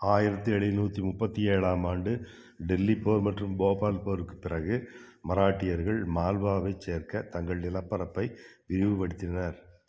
ஆயிரத்தி எழுநூத்தி முப்பத்தி ஏழாம் ஆண்டு டெல்லிப் போர் மற்றும் போபால் போருக்குப் பிறகு மராட்டியர்கள் மால்வாவைச் சேர்க்க தங்கள் நிலப்பரப்பை விரிவுபடுத்தினர்